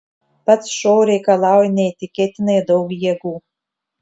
pats šou reikalauja neįtikėtinai daug jėgų